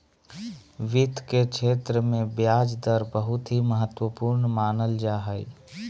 वित्त के क्षेत्र मे ब्याज दर बहुत ही महत्वपूर्ण मानल जा हय